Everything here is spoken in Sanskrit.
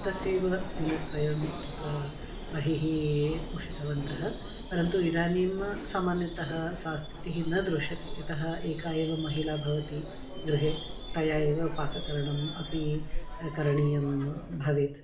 पृथक् एव दिनत्रयं तत्र बहिः उषितवन्तः परन्तु इदानीं सामान्यतः सा स्थितिः न दृश्यते यतः एका एव महिला भवति गृहे तया एव पाककरणम् अपि करणीयं भवेत्